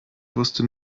wusste